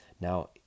now